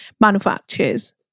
manufactures